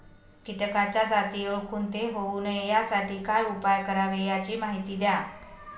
किटकाच्या जाती ओळखून ते होऊ नये यासाठी काय उपाय करावे याची माहिती द्या